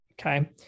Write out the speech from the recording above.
Okay